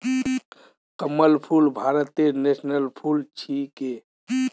कमल फूल भारतेर नेशनल फुल छिके